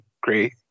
great